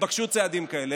התבקשו צעדים כאלה.